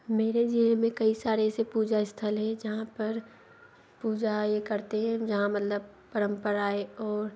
मेरे ज़िले में कई सारे ऐसे पूजा स्थल हैं जहाँ पर पूजा ये करते हें जहाँ मतलब परंपराए और